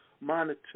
monetary